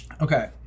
Okay